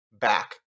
back